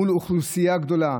מול אוכלוסייה גדולה,